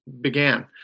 began